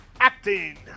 acting